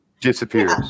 disappears